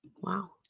wow